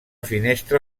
finestra